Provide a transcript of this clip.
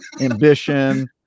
ambition